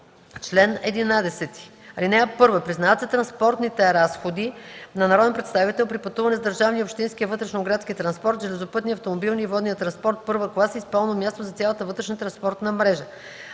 Чл. 11. (1) Признават се транспортните разходи на народен представител при пътуване с държавния и общинския вътрешноградски транспорт, железопътния, автомобилния и водния транспорт – първа класа, и спално място за цялата вътрешна транспортна мрежа.